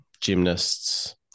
gymnasts